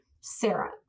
Sarah